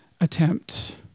attempt